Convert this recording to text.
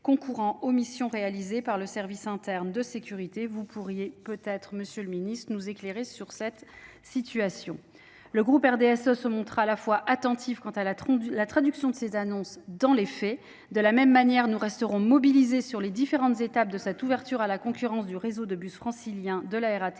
concourant aux missions réalisées par le service interne de sécurité. Vous pourriez peut être, monsieur le ministre, nous éclairer sur ce point. Les membres du groupe du RDSE se montreront attentifs quant à la traduction de ces annonces dans les faits. De la même manière, nous resterons mobilisés sur les différentes étapes de cette ouverture à la concurrence du réseau de bus francilien de la RATP.